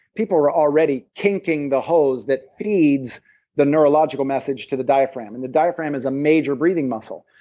people are already kinking the hose that feeds the neurological message to the diaphragm. and the diaphragm is a major breathing muscle.